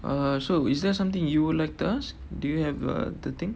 err so is there something you would like to ask do you have uh the thing